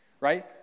right